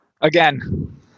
Again